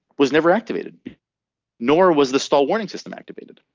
was never activated nor was the stall warning system activated.